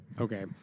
Okay